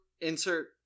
Insert